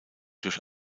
durch